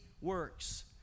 works